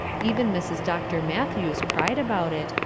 even mrs. dr. matthews cried about it,